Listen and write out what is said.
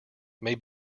may